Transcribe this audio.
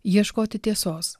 ieškoti tiesos